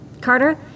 Carter